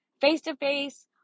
face-to-face